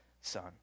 son